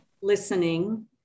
listening